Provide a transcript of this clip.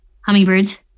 Hummingbirds